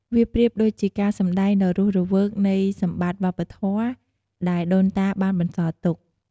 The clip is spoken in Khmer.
វាប្រៀបដូចជាការសម្ដែងដ៏រស់រវើកនៃសម្បតិ្តវប្បធម៌ដែលដូនតាបានបន្សល់ទុក។